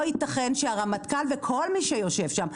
לא ייתכן שהרמטכ"ל וכל מי שיושב שם,